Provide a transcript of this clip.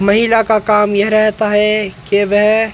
महिला का काम यह रहता है कि वह